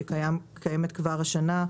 שקיימת כבר השנה,